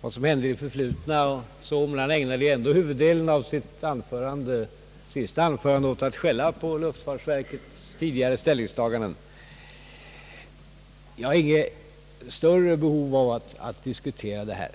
vad som hänt i det förflutna inte är så viktigt, men ändå ägnade han huvuddelen av sitt senaste anförande åt att skälla på luftfartsverkets tidigare ställningstaganden. Jag har inget större behov av att diskutera detta.